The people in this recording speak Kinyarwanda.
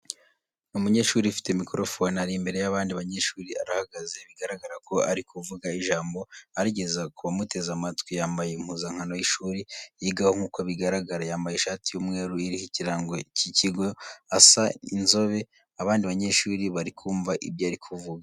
Ni umunyeshuri ufite mikorofone ari imbere y'abandi banyeshuri arahagaze bigaragara ko ari kuvuga ijambo arigeza ku bamuteze amatwi, yambaye impuza nkano y'ishuri yigaho nk'uko bigaragara, yambaye ishati y'umweru iriho ikirango cy'ikigo asa inzobe, abandi banyeshuri bari kumva ibyo ari kuvuga.